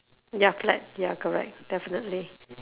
ya collect ya correct definitely